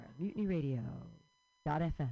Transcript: Mutinyradio.fm